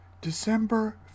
December